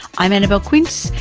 i'm annabelle quince,